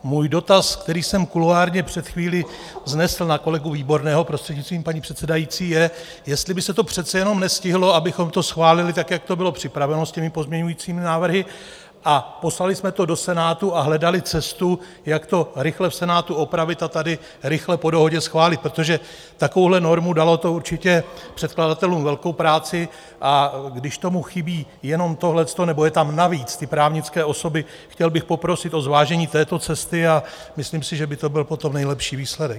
Můj dotaz, který jsem kuloárně před chvílí vznesl na kolegu Výborného, prostřednictvím paní předsedající, je, jestli by se to přece jenom nestihlo, abychom to schválili, jak to bylo připraveno s pozměňovacími návrhy, a poslali jsme to do Senátu a hledali cestu, jak to rychle v Senátu opravit a tady rychle po dohodě schválit, protože takovouhle normu, dalo to určitě předkladatelům velkou práci, a když tomu chybí jenom tohleto, nebo jsou tam navíc ty právnické osoby, chtěl bych poprosit o zvážení této cesty, a myslím si, že by to byl potom nejlepší výsledek.